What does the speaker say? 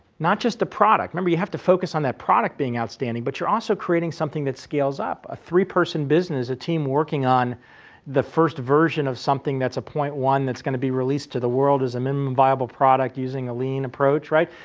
not just the product remember, you have to focus on that product being outstanding, but you're also creating something that scales up. a three person business, a team working on the first version of something that's at point one, that's going to be released to the world as a minimum viable product using a lean approach, right?